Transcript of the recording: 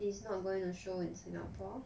it's not going to show in singapore